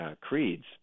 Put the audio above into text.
creeds